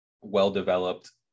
well-developed